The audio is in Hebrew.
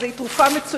שהיא תרופה מצוינת,